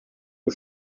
aux